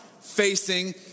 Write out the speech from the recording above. facing